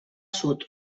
sud